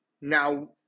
Now